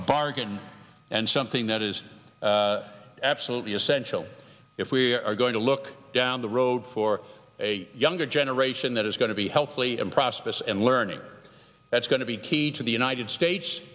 a bargain and something that is absolutely essential if we are going to look down the road for a younger generation that is going to be healthfully and prosperous and learning that's going to be key to the united states